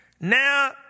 Now